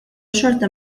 xorta